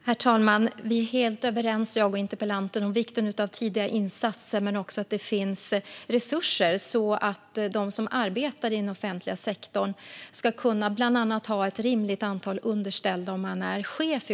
Herr talman! Jag och interpellanten är helt överens om vikten av tidiga insatser. Det måste också finnas resurser, bland annat så att chefer inom offentlig verksamhet kan ha ett rimligt antal underställda.